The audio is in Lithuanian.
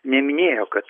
neminėjo kad